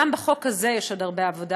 גם בחוק הזה יש עוד עבודה,